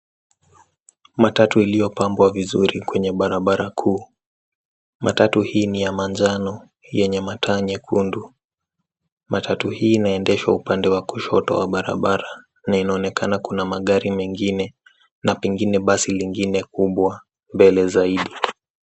Matatu iliyopambwa vizuri kwenye barabara kuu. Matatu hii ni ya manjano yenye mataa nyekundu. Matatu hii inaendeshwa upande wa kushoto wa barabara na inaonekana kuna magari mengine na pengine basi lingine kubwa mbele zaidi.